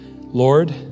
Lord